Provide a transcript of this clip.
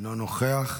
אינו נוכח.